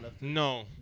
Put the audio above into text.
No